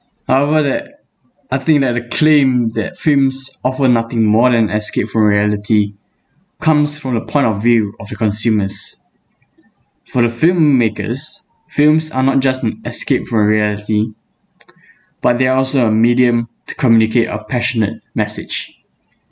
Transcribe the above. however that I think that the claim that films offer nothing more than escape from reality comes from the point of view of the consumers for the filmmakers films are not just an escape from reality but they are also a medium to communicate a passionate message